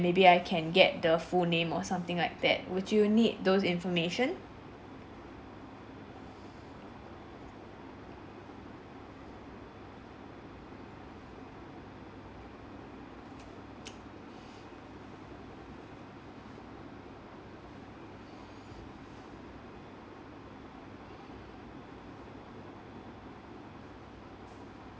maybe I can get the full name or something like that would you need those information